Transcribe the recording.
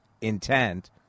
intent